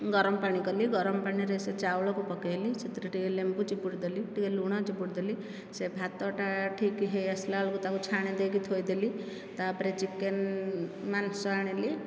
ଗରମ ପାଣି କଲି ଗରମ ପାଣିରେ ସେ ଚାଉଳକୁ ପକାଇଲି ସେଥିରେ ଟିକେ ଲେମ୍ବୁ ଚିପୁଡ଼ି ଦେଲି ଟିକିଏ ଲୁଣ ଚିପୁଡ଼ି ଦେଲି ସେ ଭାତଟା ଠିକ୍ ହୋଇଆସିଲା ବେଳକୁ ତାକୁ ଛାଣି ଦେଇକି ଥୋଇଦେଲି ତାପରେ ଚିକେନ୍ ମାଂସ ଆଣିଲି